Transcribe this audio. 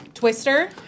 Twister